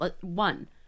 One